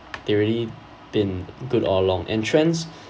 they really been good all long and trends